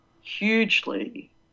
hugely